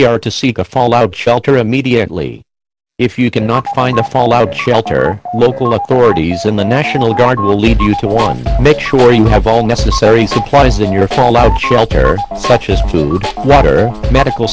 success to seek a fallout shelter immediately if you cannot find a fallout shelter or local authorities and the national guard will lead you to make sure you have all necessary supplies in your fallout shelter such as medical